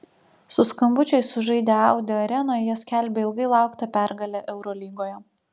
su skambučiais sužaidę audi arenoje jie skelbė ilgai lauktą pergalę eurolygoje